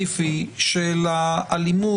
הספציפי של האלימות,